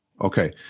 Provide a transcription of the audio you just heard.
Okay